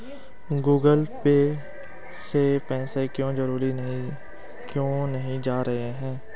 Google Pay से पैसा क्यों नहीं जा रहा है?